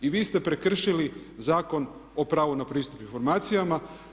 I vi ste prekršili Zakon o pravu na pristup informacijama.